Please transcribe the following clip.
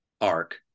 arc